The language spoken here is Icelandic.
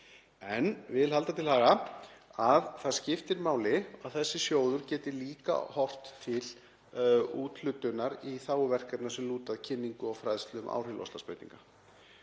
en vil halda til haga að það skiptir máli að þessi sjóður geti líka horft til úthlutunar í þágu verkefna sem lúta að kynningu og fræðslu um áhrif loftslagsbreytinga.